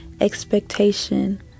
expectation